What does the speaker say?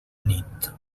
nit